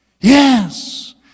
Yes